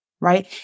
right